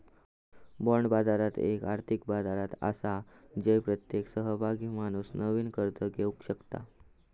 bond बाजार एक आर्थिक बाजार आसा जय प्रत्येक सहभागी माणूस नवीन कर्ज घेवक शकता